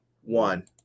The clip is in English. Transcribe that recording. one